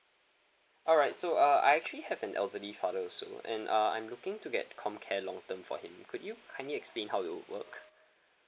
alright so uh I actually have an elderly father also and uh I'm looking to get comcare long term for him could you kindly explain how it will work